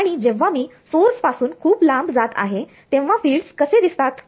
आणि जेव्हा मी सोर्स पासून खूप लांब आहे तेव्हा फिल्डस कसे दिसतात